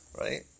right